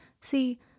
See